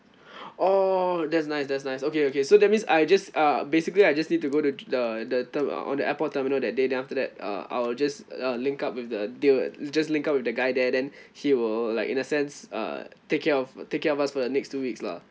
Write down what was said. orh that's nice that's nice okay okay so that means I just uh basically I just need to go to the the term~ on the airport terminal that day then after that uh I will just uh link up with the deal~ just link up with the guy there then he will like in a sense uh take care of take care of us for the next two weeks lah